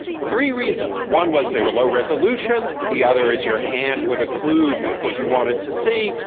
three reasons one was they were low-resolution. the other is your hand would occlude what you wanted to see,